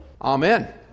Amen